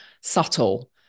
subtle